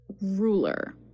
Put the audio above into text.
ruler